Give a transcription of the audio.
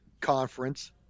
Conference